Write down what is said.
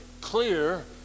clear